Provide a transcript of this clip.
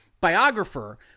biographer